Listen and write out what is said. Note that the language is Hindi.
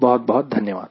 बहुत बहुत धन्यवाद